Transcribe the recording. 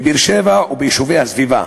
בבאר-שבע וביישובי הסביבה.